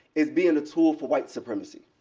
is being a tool for white supremacy.